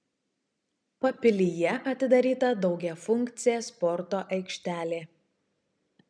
papilyje atidaryta daugiafunkcė sporto aikštelė